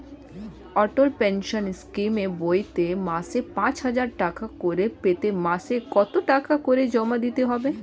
অটল pension স্কিমের বইতে মাসে পাঁচ হাজার টাকা করে পেতে মাসে কত টাকা করে জমা দিতে হবে?